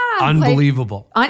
Unbelievable